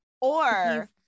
Or-